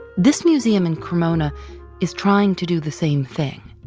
this museum in cremona is trying to do the same thing.